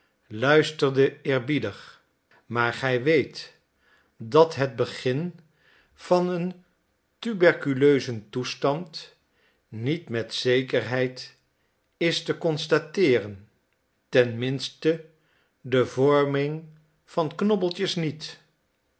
luisterde eerbiedig maar gij weet dat het begin van een tuberculeuzen toestand niet met zekerheid is te constateeren ten minste de vorming van knobbeltjes niet